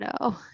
no